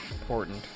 Important